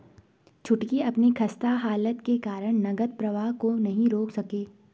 छुटकी अपनी खस्ता हालत के कारण नगद प्रवाह को नहीं रोक सके